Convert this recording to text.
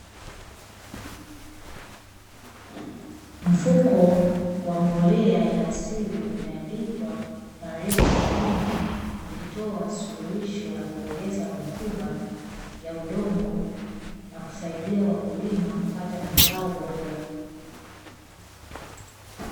Mfuko wa mbolea ya asili umeandikwa taarifa muhimu, ukitoa suluhisho la kuongeza rutuba ya udongo na kusadia wakulima kupata mazao bora.